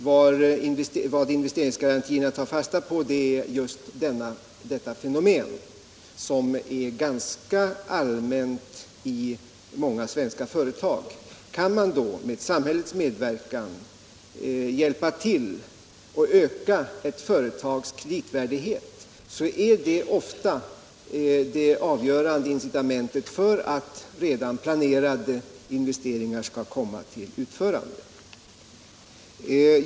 Investeringsgaran Vissa industri och tierna tar fasta på just detta fenomen, som är ganska allmänt förekom = sysselsättningsstimande i svenska företag. Om man i detta läge med samhällets mulerande åtgärmedverkan kan hjälpa till och öka ett företags kreditvärdighet, så blirdet — der, m.m. ofta ett avgörande incitament för att redan planerade investeringar skall komma till utförande.